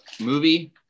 Movie